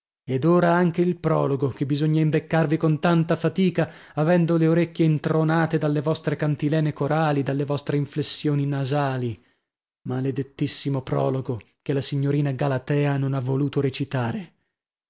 ed ora anche il prologo che bisogna imbeccarvi con tanta fatica avendo le orecchie intronate dalle vostre cantilene corali dalle vostre inflessioni nasali maledettissimo prologo che la signorina galatea non ha voluto recitare